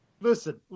listen